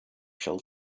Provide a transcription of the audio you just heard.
shall